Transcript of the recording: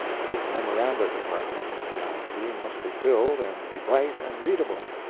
his memoranda department in the galaxy must be filled and be bright and readable.